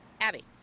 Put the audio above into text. Abby